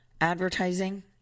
advertising